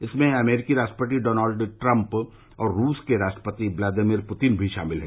इनमें अमरीकी राष्ट्रपति डॉनल्ड ट्रंप और रूस के राष्ट्रपति व्लादिमिर पुतिन भी शामिल हैं